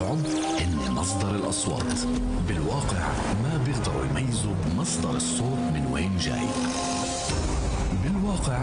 עכשיו היו מצומצמים והתרחבו עם 550. רק תשנו את המילה "מגזר" תשנו לחברה.